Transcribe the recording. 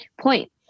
point